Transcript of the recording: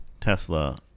Tesla